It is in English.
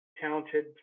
talented